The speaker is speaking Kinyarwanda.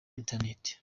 internet